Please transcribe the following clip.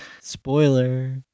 Spoiler